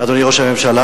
אדוני ראש הממשלה,